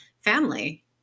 family